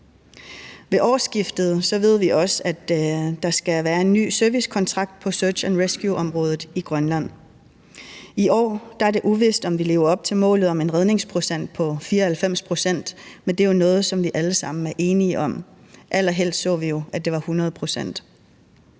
Ved årsskiftet ved vi også, at der skal være en ny servicekontrakt på Search and Rescue-området i Grønland. I år er det uvist, om vi lever op til målet om en redningsprocent på 94, men det er jo noget, som vi alle sammen er enige om; allerhelst så vi jo, at den var på